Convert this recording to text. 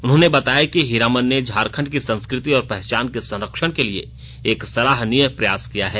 उन्होंने बताया कि हीरामन ने झारखण्ड की संस्कृति और पहचान के संरक्षण के लिए एक सराहनीय प्रयास किया है